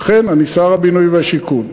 אכן אני שר הבינוי והשיכון.